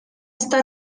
está